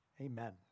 Amen